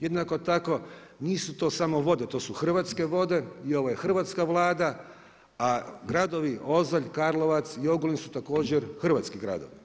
Jednako tako, nisu to samo vode, to su hrvatske vode i ono je hrvatska Vlada, a gradovi Ozalj, Karlovac i Ogulin su također hrvatski gradovi.